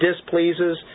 displeases